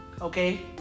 okay